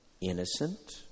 innocent